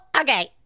okay